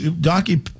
donkey